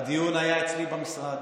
הניהול היה אצלי במשרד.